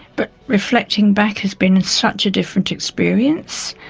but reflecting back has been such a different experience.